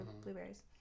blueberries